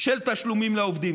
של תשלומים לעובדים.